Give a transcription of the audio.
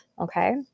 Okay